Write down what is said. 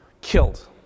killed